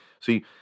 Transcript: see